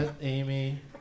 Amy